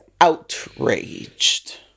outraged